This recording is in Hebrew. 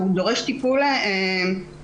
והוא דורש טיפול מערכתי.